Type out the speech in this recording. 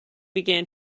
began